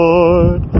Lord